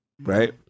right